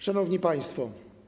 Szanowni Państwo!